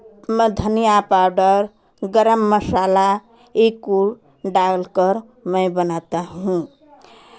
धनिया पाउडर गरम मसाला ये को डाल कर मैं बनाता हूँ